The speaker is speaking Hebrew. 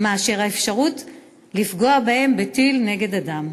מאשר האפשרות לפגוע בהם בטיל נגד אדם.